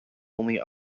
only